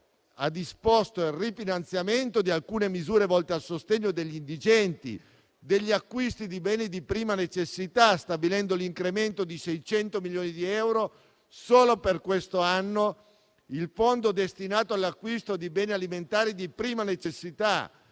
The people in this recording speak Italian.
ha disposto il rifinanziamento di alcune misure volte al sostegno degli indigenti, per gli acquisti di beni di prima necessità, stabilendo l'incremento di 600 milioni di euro solo per quest'anno del fondo destinato all'acquisto di beni alimentari di prima necessità,